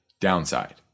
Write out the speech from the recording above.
downside